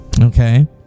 Okay